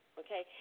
okay